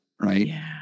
Right